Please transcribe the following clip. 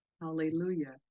Hallelujah